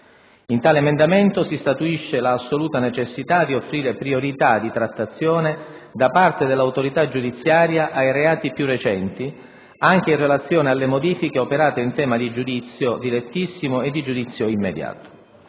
In tale emendamento si statuisce la assoluta necessità di offrire priorità di trattazione da parte dell'Autorità Giudiziaria ai reati più recenti, anche in relazione alle modifiche operate in tema di giudizio direttissimo e di giudizio immediato.